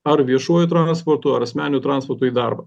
ar viešuoju transportu ar asmeniniu transportu į darbą